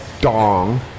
dong